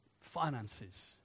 finances